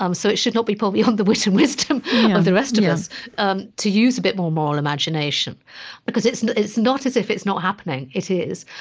um so it should not be beyond the wit and wisdom of the rest of us ah to use a bit more moral imagination because it's and it's not as if it's not happening. it is.